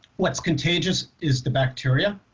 what's contagious is the bacteria